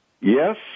Yes